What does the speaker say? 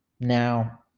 Now